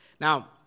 Now